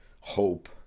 hope